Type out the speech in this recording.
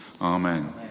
Amen